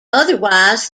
otherwise